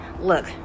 look